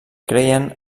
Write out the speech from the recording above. creien